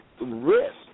risk